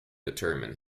determine